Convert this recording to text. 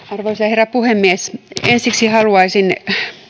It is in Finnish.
arvoisa herra puhemies ensiksi haluaisin